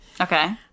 Okay